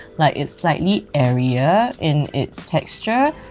like it slightly airier in its texture.